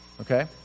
okay